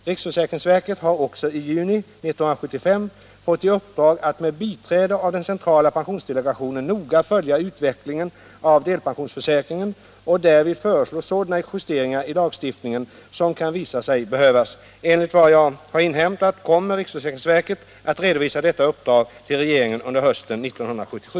Riksförsäkringsverket har också i juni 1975 fått i uppdrag att med biträde av den centrala pensionsdelegationen noga följa utvecklingen av delpensionsförsäkringen och därvid föreslå sådana justeringar i lagstiftningen som kan visa sig behövas. Enligt vad jag har inhämtat kommer riksförsäkringsverket att redovisa detta uppdrag till regeringen under hösten 1977.